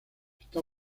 está